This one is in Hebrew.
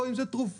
או אם זו תרופה,